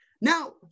Now